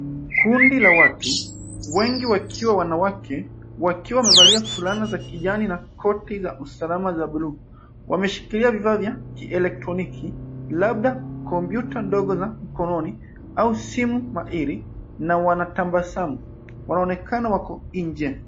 Kundi la watu, wengi wakiwa wanawake wakiwa wamevalia fulana za kijani na koti za usalalama za buluu. Wameshikilia vifaa vya kielektroniki labda kompyuta ndogo za mkononi au simu mairi na wanatabasamu. wanaonekana wako nje.